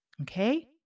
Okay